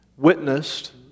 witnessed